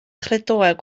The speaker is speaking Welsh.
chredoau